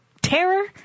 terror